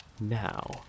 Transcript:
Now